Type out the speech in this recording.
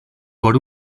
por